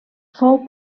fou